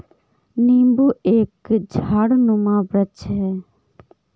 नींबू एक झाड़नुमा वृक्ष है